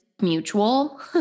mutual